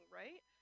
right